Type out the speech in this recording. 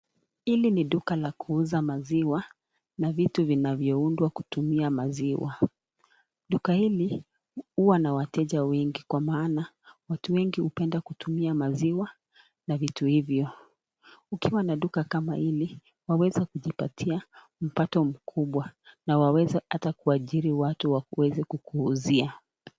Hili ni duka la kuuza maziwa na vitu vinavyoundwa kutumia maziwa. Duka hili huwa na wateja wengi kwa maana watu wengi hupenda kutumia maziwa na vitu hivyo. Ukiwa na duka kama hili waweza kujipatia mpato mkubwa na waweza hata kuajiri watu ili waweze kukuuzia.